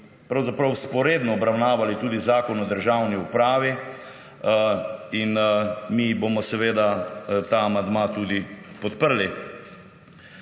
da bi vzporedno obravnavali tudi Zakon o državni upravi. Mi bomo seveda ta amandma tudi podprli.